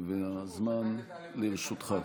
הזמן לרשותך.